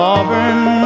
Auburn